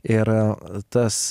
ir tas